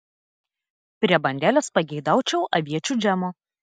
prie bandelės pageidaučiau aviečių džemo